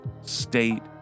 state